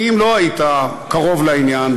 כי אם לא היית קרוב לעניין,